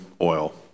oil